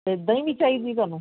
ਇਦਾ ਹੀ ਨਹੀਂ ਚਾਹੀਦੀ ਤੁਹਾਨੂੰ